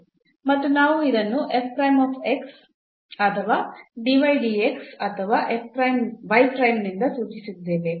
ಮತ್ತು ನಾವು ಇದನ್ನು ಅಥವಾ ಅಥವಾ ನಿಂದ ಸೂಚಿಸಿದ್ದೇವೆ